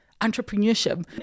entrepreneurship